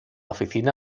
oficina